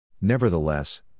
Nevertheless